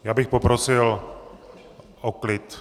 Já bych poprosil o klid!